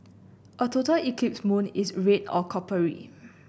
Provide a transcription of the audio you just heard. a total eclipse moon is red or coppery